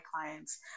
clients